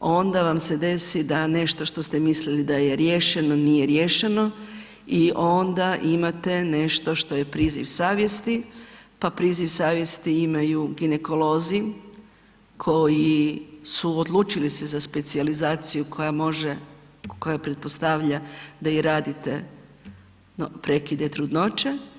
onda vam se desi da nešto što ste mislili da je riješeno, nije riješeno i onda imate nešto što je priziv savjesti, pa priziv savjesti imaju ginekolozi koji su odlučili za specijalizaciju koja može, koja pretpostavlja da i radite prekide trudnoće.